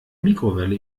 mikrowelle